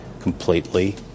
completely